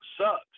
sucks